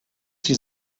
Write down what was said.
sie